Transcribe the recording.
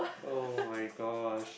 oh-my-gosh